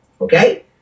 okay